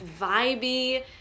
vibey